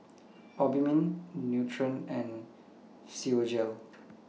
Obimin Nutren and Physiogel